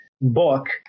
book